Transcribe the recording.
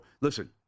Listen